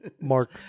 Mark